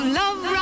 love